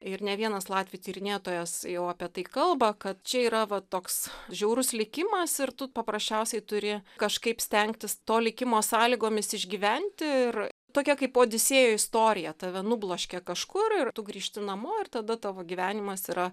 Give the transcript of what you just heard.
ir ne vienas latvių tyrinėtojas jau apie tai kalba kad čia yra va toks žiaurus likimas ir tu paprasčiausiai turi kažkaip stengtis to likimo sąlygomis išgyventi ir tokia kaip odisėjo istorija tave nubloškia kažkur ir tu grįžti namo ir tada tavo gyvenimas yra